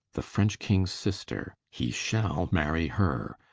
the french kings sister he shall marry her.